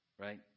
right